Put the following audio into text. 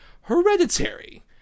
Hereditary